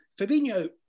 Fabinho